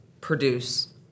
produce